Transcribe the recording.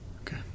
Okay